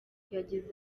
yagize